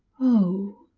oh,